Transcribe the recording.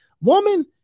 woman